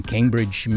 Cambridge